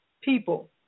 people